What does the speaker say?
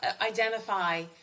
identify